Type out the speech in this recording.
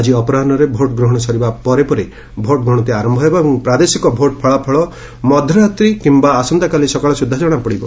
ଆଜି ଅପରାହୁରେ ଭୋଟ୍ ଗ୍ରହଣ ସରିବା ପରେ ପରେ ଭୋଟ୍ ଗଣତି ଆରମ୍ଭ ହେବ ଏବଂ ପ୍ରାଦେଶିକ ଭୋଟ୍ ଫଳାଫଳ ମଧ୍ୟରାତ୍ରୀ କିମ୍ବା ଆସନ୍ତାକାଲି ସକାଳ ସୁଦ୍ଧା ଜଣାପଡ଼ିବ